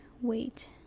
Wait